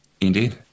indeed